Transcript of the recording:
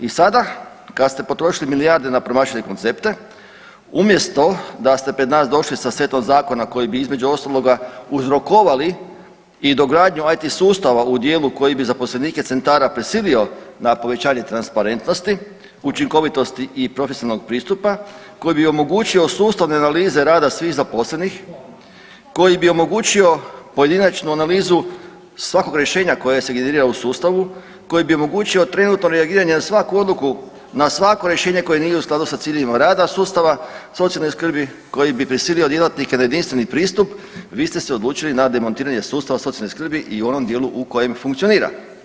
I sada kad ste potrošili milijarde na promašene koncepte umjesto da ste pred nas došli sa setom zakona koji bi između ostaloga uzrokovali i dogradnju IT sustava udijelu koji bi zaposlenike centara prisilio na povećanje transparentnosti, učinkovitosti i profesionalnog pristupa, koji bi omogućio sustavne analize rada svih zaposlenih, koji bi omogućio pojedinačnu analizu svakog rješenja koje se generira u sustavu, koji bi omogućio trenutno reagiranje na svaku odluku, na svako rješenje koje nije u skladu sa ciljevima rada sustava socijalne skrbi, koji bi prisilio djelatnike na jedinstveni pristup vi ste se odlučili na demontiranje sustava socijalne skrbi i u onom dijelu u kojem funkcionira.